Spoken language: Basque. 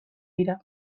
dira